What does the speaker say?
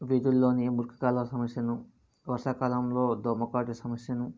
వీధుల్లోని మురికి కాలువ సమస్యలను వర్షాకాలంలో దోమ కాటు సమస్యను